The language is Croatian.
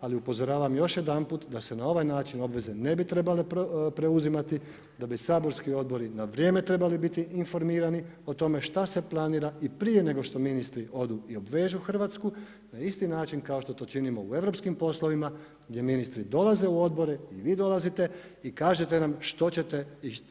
Ali upozoravam još jedanput da se na ovaj način obveze ne bi trebale preuzimati, da bi saborski odbori na vrijeme trebali biti informirani o tome šta se planira i prije nego što ministri odu i obvežu Hrvatsku na isti način kao što to činimo u europskim poslovima gdje ministri dolaze u odbore i vi dolazite i kažete nam što ćete